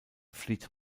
flieht